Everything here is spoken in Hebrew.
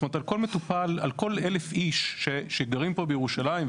זאת אומרת על כל אלף איש שגרים פה בירושלים,